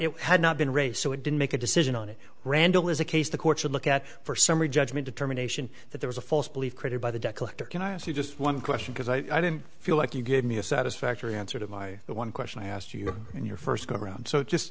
it had not been re so it didn't make a decision on it randle is a case the court should look at for summary judgment determination that there is a false belief created by the debt collector can i ask you just one question because i didn't feel like you gave me a satisfactory answer to my the one question i asked you in your first go around so just